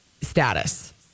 status